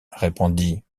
répondit